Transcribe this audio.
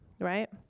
Right